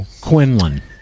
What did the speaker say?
Quinlan